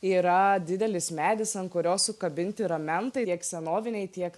yra didelis medis ant kurio sukabinti ramentai tiek senoviniai tiek